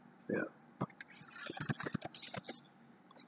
ya